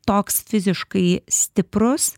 toks fiziškai stiprus